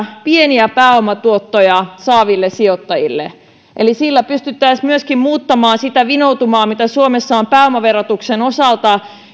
pieniä pääomatuottoja saaville sijoittajille sillä pystyttäisiin myöskin muuttamaan sitä vinoutumaa mitä suomessa on pääomaverotuksen osalta